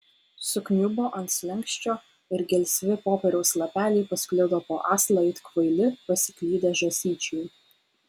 sukniubo ant slenksčio ir gelsvi popieriaus lapeliai pasklido po aslą it kvaili pasiklydę žąsyčiai